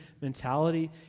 mentality